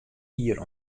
jier